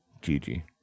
Gigi